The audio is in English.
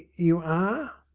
you are.